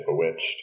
Bewitched